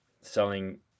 selling